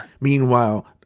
Meanwhile